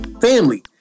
Family